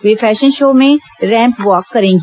वे fashion show में ramp walk करेंगी